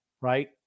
right